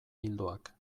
ildoak